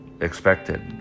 expected